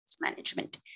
management